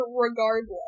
regardless